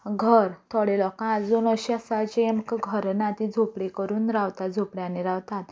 घर थोड्यां लोकांक आजून अशें आसा जेमकां घरां ना तीं झोपडी करून रावतात झोपड्यांनी रावतात